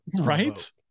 right